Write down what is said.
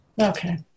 Okay